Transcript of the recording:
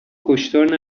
کشتار